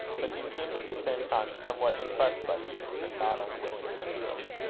but he seemed at the same time somewhat impressed by hugh, and not unwilling to yield.